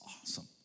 awesome